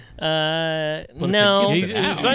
No